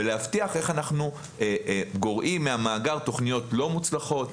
ולהבטיח איך אנחנו גורעים מהמאגר תוכניות לא מוצלחות,